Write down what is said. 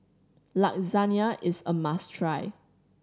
lasagne is a must try